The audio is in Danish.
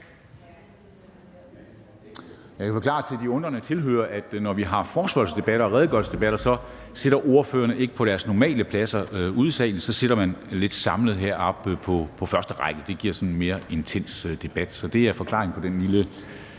Jeg kan jo forklare for de undrende tilhørere, at når vi har forespørgselsdebatter og redegørelsesdebatter, sidder ordførerne ikke på deres normale pladser i salen, men så sidder man lidt samlet heroppe på forreste række, for det giver sådan en mere intens debat. Så det er forklaringen på den lille